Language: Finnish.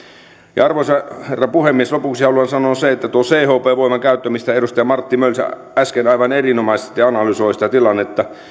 arvoisa herra puhemies lopuksi haluan sanoa sen että chp voiman käyttö mistä edustaja martti mölsä äsken aivan erinomaisesti analysoi sitä tilannetta